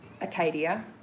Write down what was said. Acadia